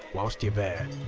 whilst you're there.